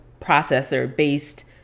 processor-based